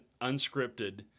unscripted